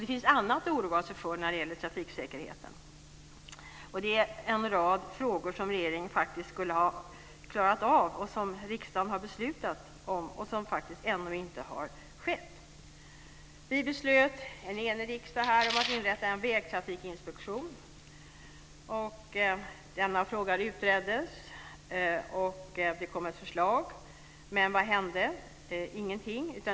Det finns annat att oroa sig för när det gäller trafiksäkerheten. Det är en rad frågor som regeringen skulle ha klarat av, som riksdagen har beslutat om men som ännu inte har skett. En enig riksdag beslöt att inrätta en vägtrafikinspektion. Denna fråga utreddes. Det kom ett förslag. Vad hände? Ingenting.